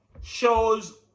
...shows